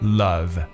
love